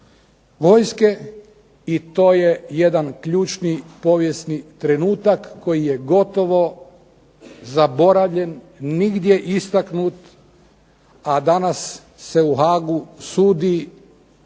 vojske i to je jedan ključni povijesni trenutak koji je gotovo zaboravljen, nigdje istaknut. A danas se u Haagu sudi